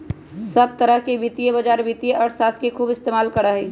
सब तरह के वित्तीय बाजार वित्तीय अर्थशास्त्र के खूब इस्तेमाल करा हई